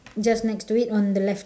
just next to it on the left